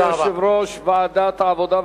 תודה ליושב-ראש ועדת העבודה,